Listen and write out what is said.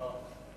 לא.